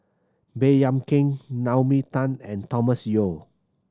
Baey Yam Keng Naomi Tan and Thomas Yeo